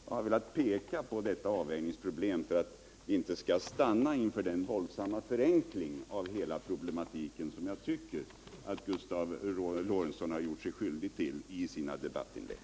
Jag har velat peka på detta avvägningsproblem för att vi inte skall stanna inför den våldsamma förenkling av hela problematiken som jag tycker att Gustav Lorentzon har gjort sig skyldig till i sina debattinlägg.